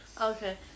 Okay